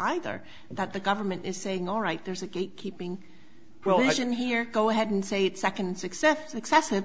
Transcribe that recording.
either that the government is saying all right there's a gate keeping well mission here go ahead and say it second success successive but